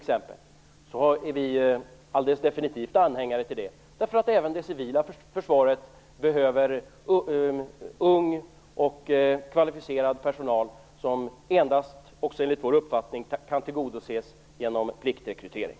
Även det civila försvaret behöver ung och kvalificerad personal som också enligt vår uppfattning kan tillgodoses endast genom pliktrekrytering.